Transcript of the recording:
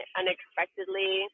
unexpectedly